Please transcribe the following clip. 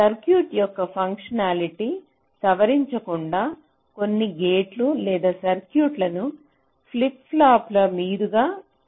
circuit యొక్క ఫంక్షన్హాల్టీ సవరించకుండా కొన్ని గేట్లు లేదా సర్క్యూట్లను ఫ్లిప్ ఫ్లాప్ల మీదుగా తరలించడం సాధ్యపడుతుంది